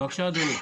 בבקשה, אדוני.